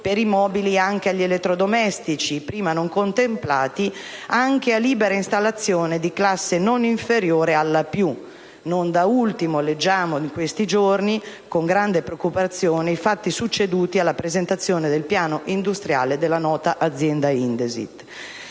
per i mobili anche agli elettrodomestici (prima non contemplati), anche a libera installazione, di classe non inferiore alla «+». Non da ultimo leggiamo, in questi giorni, con grande preoccupazione, dei fatti succeduti alla presentazione del piano industriale della nota azienda Indesit.